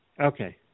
Okay